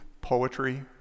poetry